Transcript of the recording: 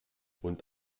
und